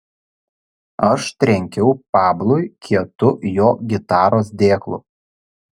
aš trenkiau pablui kietu jo gitaros dėklu